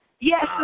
Yes